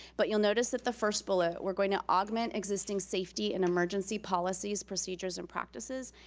but you'll notice that the first bullet, we're going to augment existing safety and emergency policies, procedures and practices.